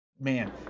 man